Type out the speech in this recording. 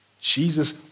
Jesus